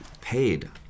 paid